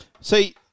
See